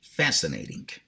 Fascinating